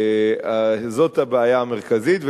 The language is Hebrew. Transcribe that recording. זאת הבעיה המרכזית.